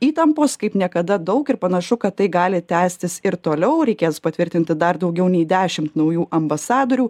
įtampos kaip niekada daug ir panašu kad tai gali tęstis ir toliau reikės patvirtinti dar daugiau nei dešimt naujų ambasadorių